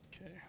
Okay